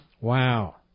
Wow